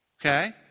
Okay